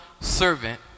servant